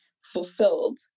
fulfilled